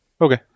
Okay